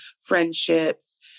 friendships